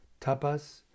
Tapas